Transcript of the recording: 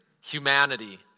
humanity